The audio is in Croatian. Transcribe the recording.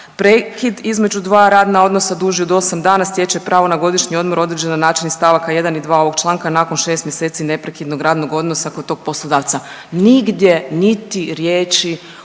prekid između dva radna odnosa duži od 8 dana stječe pravo na godišnji odmor određen na način iz stavaka 1. i 2. ovog članka nakon 6 mjeseci neprekidnog radnog odnosa kod tog poslodavca nigdje niti riječi